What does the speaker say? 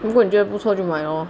如果你觉得不错就买 lor